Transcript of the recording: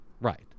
Right